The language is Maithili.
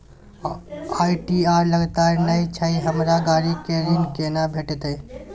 आई.टी.आर लगातार नय छै हमरा गाड़ी के ऋण केना भेटतै?